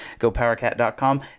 gopowercat.com